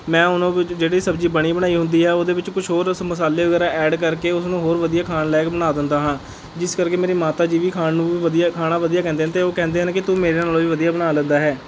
ਮੈਂ ਉਹਨਾਂ ਵਿੱਚ ਜਿਹੜੀ ਸਬਜ਼ੀ ਬਣੀ ਬਣਾਈ ਹੁੰਦੀ ਹੈ ਉਹਦੇ ਵਿੱਚ ਕੁਛ ਹੋਰ ਸ ਮਸਾਲੇ ਵਗੈਰਾ ਐਡ ਕਰਕੇ ਉਸਨੂੰ ਹੋਰ ਵਧੀਆ ਖਾਣ ਲਾਇਕ ਬਣਾ ਦਿੰਦਾ ਹਾਂ ਜਿਸ ਕਰਕੇ ਮੇਰੀ ਮਾਤਾ ਜੀ ਵੀ ਖਾਣ ਨੂੰ ਵੀ ਵਧੀਆ ਖਾਣਾ ਵਧੀਆ ਕਹਿੰਦੇ ਹਨ ਅਤੇ ਉਹ ਕਹਿੰਦੇ ਹਨ ਕਿ ਤੂੰ ਮੇਰੇ ਨਾਲੋਂ ਵੀ ਵਧੀਆ ਬਣਾ ਲੈਂਦਾ ਹੈ